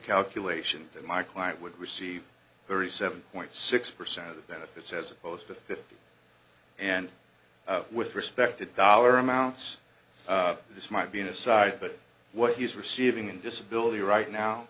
calculation that my client would receive thirty seven point six percent of the benefits as opposed to fifty and with respect to dollar amounts this might be an aside but what he is receiving in disability right now